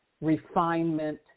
Refinement